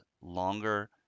longer